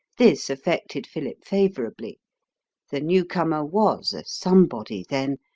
this affected philip favourably the newcomer was a somebody then,